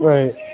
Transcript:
Right